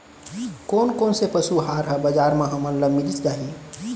कोन कोन से पसु आहार ह बजार म हमन ल मिलिस जाही?